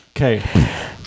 Okay